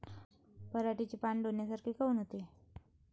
पराटीचे पानं डोन्यासारखे काऊन होते?